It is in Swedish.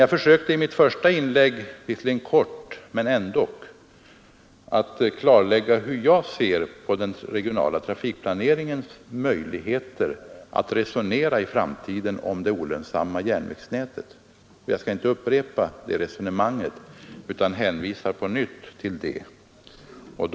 Jag försökte i mitt första inlägg, som visserligen var kort, att klarlägga hur jag ser på den regionala trafikplaneringens möjligheter att resonera i framtiden om det olönsamma järnvägsnätet. Jag skall inte upprepa det resonemanget utan hänvisar på nytt till detta.